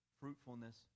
fruitfulness